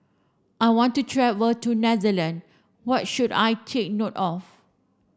I want to travel to Netherlands what should I take note of